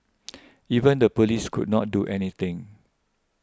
even the police could not do anything